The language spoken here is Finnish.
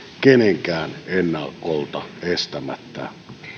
kenenkään ennakolta estämättä